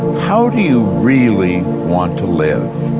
how do you really want to live?